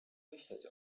myśleć